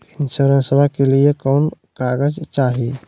इंसोरेंसबा के लिए कौन कागज चाही?